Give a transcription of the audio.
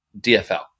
DFL